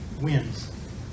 wins